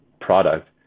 product